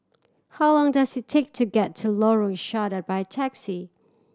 how long does it take to get to Lorong Sarhad by taxi